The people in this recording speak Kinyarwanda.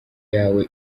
yawe